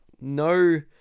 no